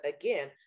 again